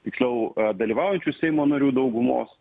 tiksliau dalyvaujančių seimo narių daugumos